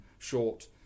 short